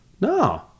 No